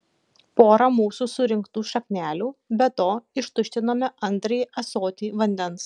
porą mūsų surinktų šaknelių be to ištuštinome antrąjį ąsotį vandens